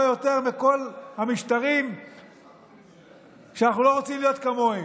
יותר מכל המשטרים שאנחנו לא רוצים להיות כמוהם,